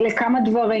דברים.